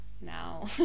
now